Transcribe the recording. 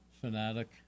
fanatic